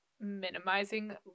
minimizing